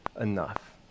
enough